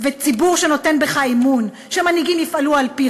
ציבור שנותן בך אמון שמנהיגים יפעלו על-פי